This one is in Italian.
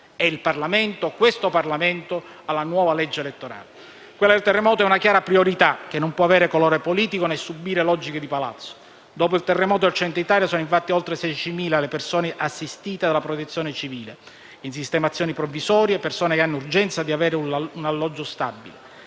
terremoto e il Parlamento alla nuova legge elettorale. Quella del terremoto è una chiara priorità che non può avere colore politico né subire logiche di palazzo. Dopo il terremoto del Centro Italia sono infatti oltre 16.000 le persone assistite dalla Protezione civile in sistemazioni provvisorie, persone che hanno urgenza di avere un alloggio stabile.